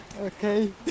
Okay